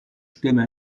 stimme